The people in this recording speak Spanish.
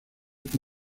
que